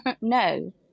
No